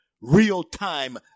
real-time